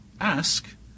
ask